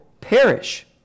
perish